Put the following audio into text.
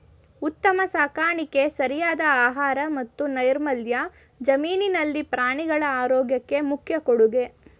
ಉತ್ತಮ ಸಾಕಾಣಿಕೆ ಸರಿಯಾದ ಆಹಾರ ಮತ್ತು ನೈರ್ಮಲ್ಯ ಜಮೀನಿನಲ್ಲಿ ಪ್ರಾಣಿಗಳ ಆರೋಗ್ಯಕ್ಕೆ ಮುಖ್ಯ ಕೊಡುಗೆ